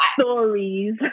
stories